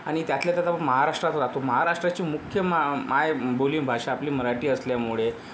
आणि त्यातल्या त्यात आपण महाराष्ट्रात राहतो महाराष्ट्राची मुख्य मा मायबोली भाषा आपली मराठी असल्यामुळे